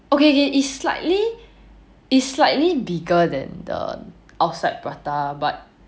okay okay is slightly is slightly bigger than the outside prata but